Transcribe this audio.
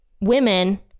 women